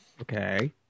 Okay